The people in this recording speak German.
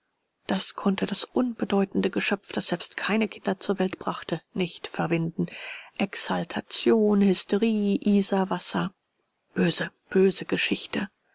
das konnte das unbedeutende geschöpf das selbst keine kinder zur welt brachte nicht verwinden exaltation hysterie isarwasser böse böse geschichte